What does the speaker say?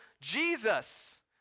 Jesus